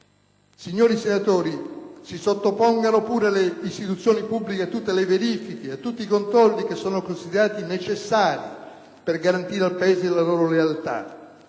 Signori senatori, si sottopongano pure le istituzioni pubbliche a tutte le verifiche e a tutti i controlli che sono considerati necessari per garantire al Paese la loro lealtà,